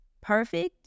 perfect